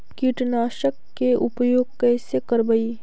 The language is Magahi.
कीटनाशक के उपयोग कैसे करबइ?